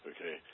okay